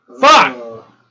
Fuck